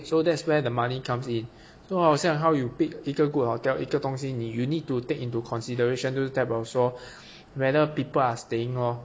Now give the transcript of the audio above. so that's where the money comes in so 好像 how you pick 一个 good hotel 一个东西你 you need to take into consideration 就是代表说 whether people are staying lor